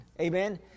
Amen